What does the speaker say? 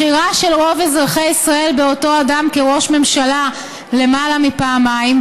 בחירה של רוב אזרחי ישראל באותו אדם כראש ממשלה למעלה מפעמיים,